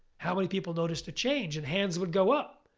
how many people noticed a change and hands would go up,